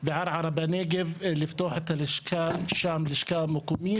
וצריך להבין,